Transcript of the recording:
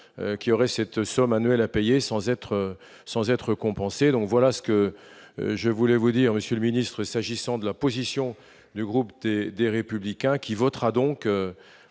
qui auraient cette somme annuelle à payer sans être sans être compensée, donc voilà ce que je voulais vous dire monsieur le ministre, s'agissant de la position du groupe D des républicains qui votera donc